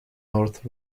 north